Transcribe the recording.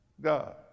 God